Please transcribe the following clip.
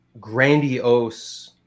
grandiose